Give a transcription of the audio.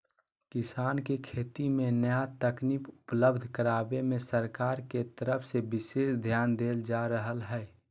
किसान के खेती मे नया तकनीक उपलब्ध करावे मे सरकार के तरफ से विशेष ध्यान देल जा रहल हई